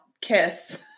Kiss